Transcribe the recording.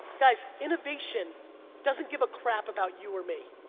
guys, innovation doesn't give a crap about you or me.